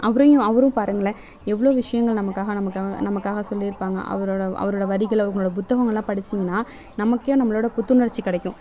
அவரையும் அவரும் பாருங்களேன் எவ்வளோ விஷயங்கள் நமக்காக நமக்காக நமக்காக சொல்லியிருப்பாங்க அவரோட அவரோட வரிகள் அவங்களோட புத்தகங்களெலாம் படிச்சிங்னால் நமக்கே நம்மளோட புத்துணர்ச்சி கிடைக்கும்